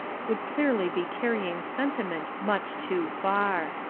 would clearly be carrying sentiment much too far.